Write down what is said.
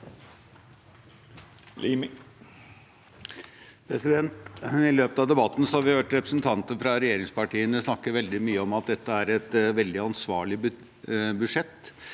I løpet av de- batten har vi hørt representanter fra regjeringspartiene snakke veldig mye om at dette er et veldig ansvarlig budsjett.